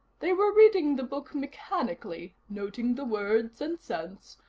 they were reading the book mechanically, noting the words and sense,